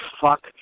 fuck